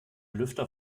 lüfter